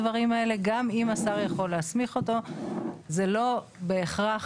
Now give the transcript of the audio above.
וכאן יש נסיגה לאחת הטכניקות וזה פתח באמת למקח וממכר,